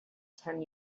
ten